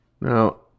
Now